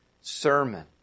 sermon